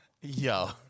Yo